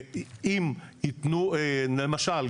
למשל,